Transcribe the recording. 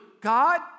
God